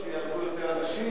שייהרגו אנשים?